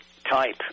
type